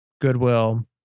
Goodwill